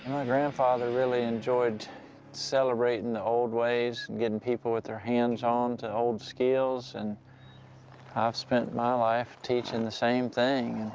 grandfather really enjoyed celebrating the old ways and getting people with their hands onto old skills. and i've spent my life teaching the same thing,